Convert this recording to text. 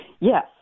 Yes